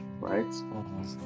right